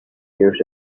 years